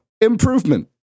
Improvement